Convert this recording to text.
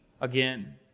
again